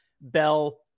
Bell